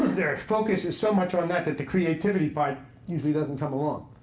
their focus is so much on that that the creativity part usually doesn't come along.